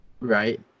Right